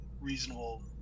reasonable